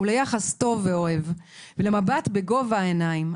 הוא ליחס טוב ואוהב ולמבט בגובה העיניים.